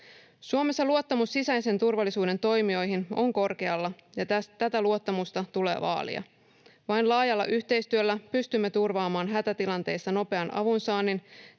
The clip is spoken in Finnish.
Suomessa luottamus sisäisen turvallisuuden toimijoihin on korkealla, ja tätä luottamusta tulee vaalia. Vain laajalla yhteistyöllä pystymme turvaamaan hätätilanteissa nopean avunsaannin